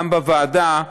גם בוועדה,